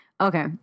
okay